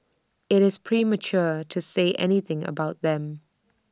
IT is premature to say anything about them